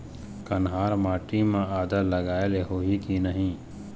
कन्हार माटी म आदा लगाए ले होही की नहीं?